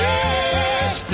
Yes